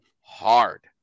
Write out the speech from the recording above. hard